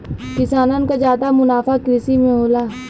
किसानन क जादा मुनाफा कृषि में होला